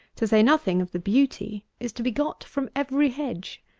to say nothing of the beauty, is to be got from every hedge?